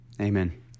amen